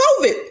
COVID